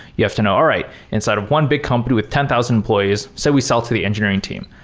you have to know, all right. inside of one big company with ten thousand employees. so we sell to the engineering team.